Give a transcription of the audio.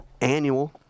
annual